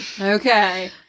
Okay